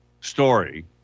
story